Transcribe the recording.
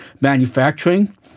manufacturing